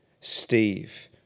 Steve